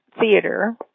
theater